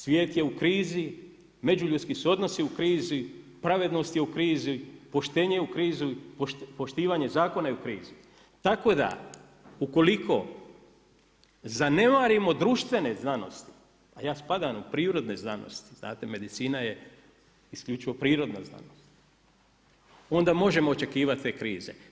Svijet je u krizi, međuljudski su odnosi u krizi, pravednost je u krizi, poštenje je u krizi, poštivanje zakona je u krizi, tako da ukoliko zanemarimo društvene znanosti a ja spadam u prirodne znanosti znate, medicina je isključivo prirodna znanost, onda možemo očekivati te krize.